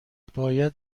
باید